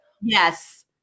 Yes